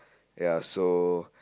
ya so